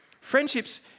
Friendships